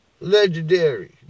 Legendary